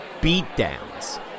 beatdowns